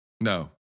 No